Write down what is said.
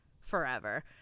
forever